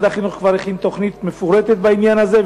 החינוך כבר הכין תוכנית מפורטת בעניין הזה,